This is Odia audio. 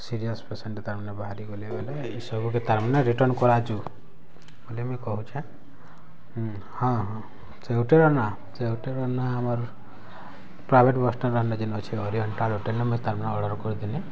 ସିରିଏସ୍ ପେସେଣ୍ଟ ତାର୍ ମାନେ ବାହାରି ଗଲେ ବେଲେ ଏଇ ସବୁ ତାର୍ ମାନେ ରିଟର୍ନ କରାଜୁ ବୋଲି ମୁଇଁ କହୁଛେ ହୁଁ ହଁ ହଁ ଆମର୍ ପ୍ରାଇଭେଟ୍ ବସ୍ ଟେ ଯେନ୍ ଅଛେ ହରି ହୋଟେଲ୍ ମୁଇଁ ତାର୍ ମାନେ ଅର୍ଡ଼ର୍ କରିଥିଲି